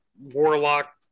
Warlock